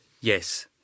Yes